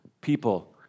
people